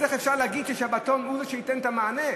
אז איך אפשר להגיד שיום שבתון הוא זה שייתן את המענה?